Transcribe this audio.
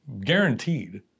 guaranteed